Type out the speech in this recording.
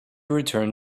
return